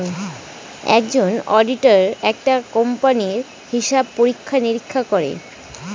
একজন অডিটার একটা কোম্পানির হিসাব পরীক্ষা নিরীক্ষা করে